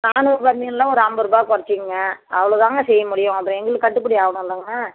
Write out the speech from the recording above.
நானூறுபாய் மீனில் ஒரு ஐம்பருபா குறச்சிங்க அவ்வளோதாங்க செய்ய முடியும் அப்புறம் எங்களுக்கு கட்டிப்படி ஆகணும் இல்லைங்க